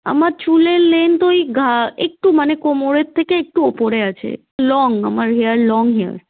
আমার চুলের লেন্থ ওই ঘা একটু মানে কোমরের থেকে একটু ওপরে আছে লং আমার হেয়ার লং হেয়ার